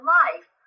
life